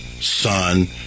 Son